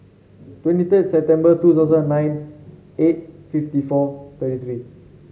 twenty third September two thousand nine eight fifty four thirty three